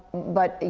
but you